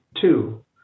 two